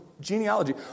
genealogy